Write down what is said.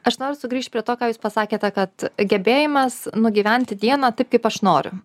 aš noriu sugrįžt prie to ką jūs pasakėte kad gebėjimas nugyventi dieną taip kaip aš noriu